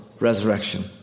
resurrection